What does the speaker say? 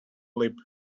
lip